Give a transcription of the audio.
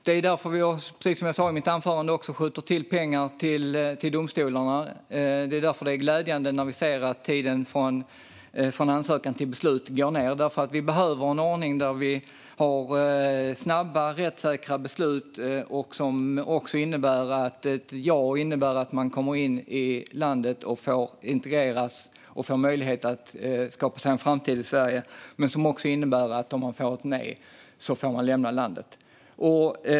Det är därför vi, precis som jag sa i mitt anförande, skjuter till pengar till domstolarna. Det är glädjande att vi ser att tiden från ansökan till beslut går ned, för vi behöver en ordning där vi har snabba och rättssäkra beslut. Vi behöver en ordning där ett ja innebär att man kommer in i landet, får integreras och får möjlighet att skapa sig en framtid i Sverige medan ett nej däremot innebär att man får lämna landet.